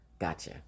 Gotcha